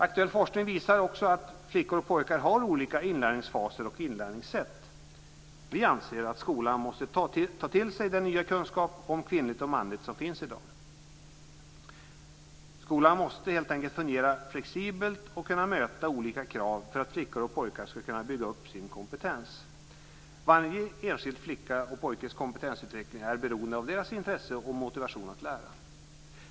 Aktuell forskning visar också att flickor och pojkar har olika inlärningsfaser och inlärningssätt. Vi anser att skolan måste ta till sig den nya kunskap om kvinnligt och manligt som finns i dag. Skolan måste helt enkelt fungera flexibelt och kunna möta olika krav för att flickor och pojkar ska kunna bygga upp sin kompetens. Varje enskild flickas och pojkes kompetensutveckling är beroende av deras intresse och motivation att lära.